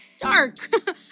Dark